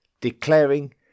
declaring